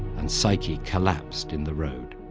and psyche collapsed in the road.